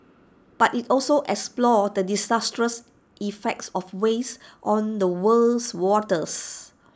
but IT also explored the disastrous effects of waste on the world's waters